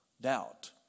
Doubt